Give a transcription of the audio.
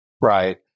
Right